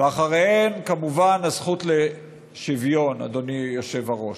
ואחריה, כמובן, הזכות לשוויון, אדוני היושב-ראש.